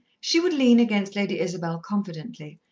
she would lean against lady isabel confidently,